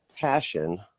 passion